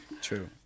True